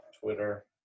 Twitter